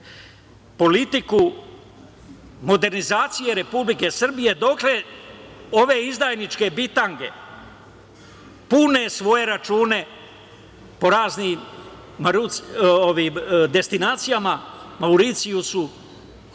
politiku modernizacije Republike Srbije, dotle ove izdajničke bitange pune svoje račune po raznim destinacijama -Mauricijusu,